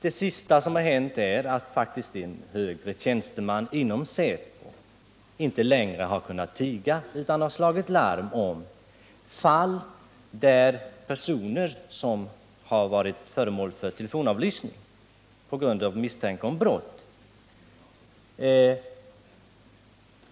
Det senaste som hänt är att en högre tjänsteman inom säpo inte längre kunnat tiga utan har slagit larm om fall där telefonavlyssning förekommit på grund av misstanke om brott.